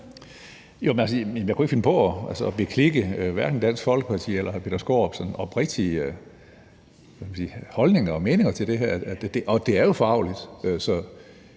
jeg kunne ikke finde på at beklikke Dansk Folkepartis eller hr. Peter Skaarups sådan oprigtige holdninger og meninger om det her, for det er jo forargeligt.